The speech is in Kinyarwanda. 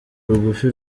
rugufi